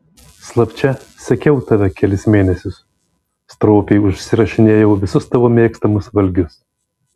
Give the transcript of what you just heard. slapčia sekiau tave kelis mėnesius stropiai užsirašinėjau visus tavo mėgstamus valgius